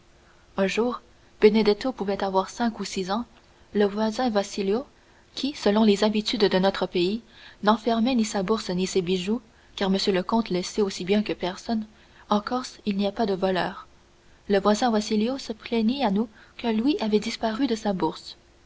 un jour benedetto pouvait avoir cinq ou six ans le voisin wasilio qui selon les habitudes de notre pays n'enfermait ni sa bourse ni ses bijoux car monsieur le comte le sait aussi bien que personne en corse il n'y a pas de voleurs le voisin wasilio se plaignit à nous qu'un louis avait disparu de sa bourse